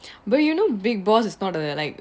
but you know big boss is not the like